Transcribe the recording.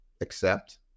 accept